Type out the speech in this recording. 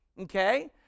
Okay